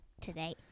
today